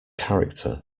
character